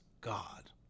God